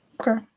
Okay